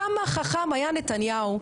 כמה חכם היה נתניהו,